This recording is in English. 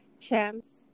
chance